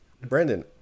brandon